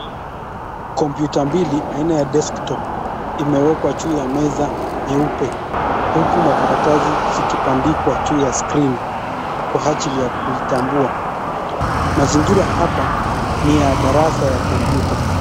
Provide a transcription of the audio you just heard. Kompyuta mbili aina ya desktop imewekwa juu ya meza nyeupe huku makaratasi zikibandikwa juu ya skrini kwa ajili ya kuitambua. Mazingira hapa ni ya darasa ya kompyuta.